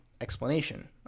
explanation